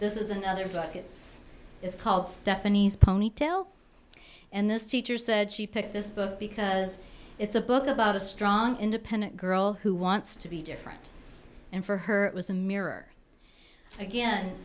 this is another book it is called stephanie's ponytail and this teacher said she picked this book because it's a book about a strong independent girl who wants to be different and for her it was a mirror again